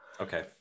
okay